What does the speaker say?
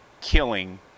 killing